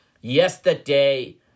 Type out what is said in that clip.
yesterday